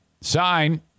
Sign